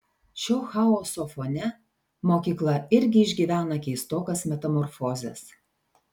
šio chaoso fone mokykla irgi išgyvena keistokas metamorfozes